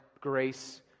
grace